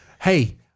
hey